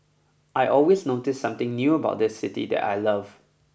I always notice something new about this city that I love